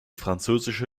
französische